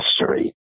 history